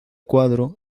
cuadro